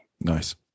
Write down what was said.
Nice